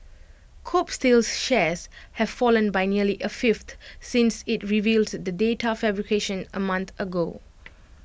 Kobe steel's shares have fallen by nearly A fifth since IT revealed the data fabrication A month ago